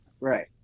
Right